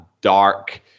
dark